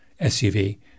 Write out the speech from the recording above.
SUV